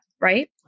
Right